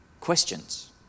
questions